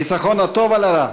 ניצחון הטוב על הרע,